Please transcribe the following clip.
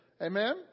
Amen